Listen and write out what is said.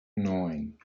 neun